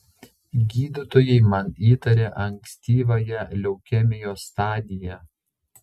gydytojai man įtarė ankstyvąją leukemijos stadiją